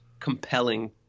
compelling